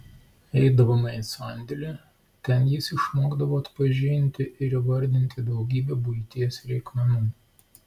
eidavome į sandėlį ten jis išmokdavo atpažinti ir įvardinti daugybę buities reikmenų